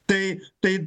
tai tai